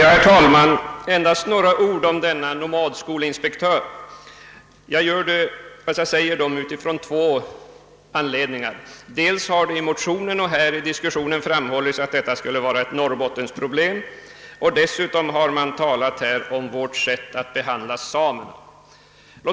Herr talman! Endast några ord om denne nomadskolinspektör! Jag har begärt ordet av två anledningar: dels har det i motionen och här i diskussionen framhållits att detta skulle vara ett norrbottensproblem, dels har det talats om vårt sätt att behandla samerna.